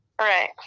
right